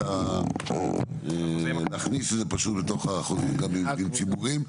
אלא פשוט להכניס את זה לתוך החוזה גם במבנים ציבוריים,